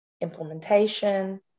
implementation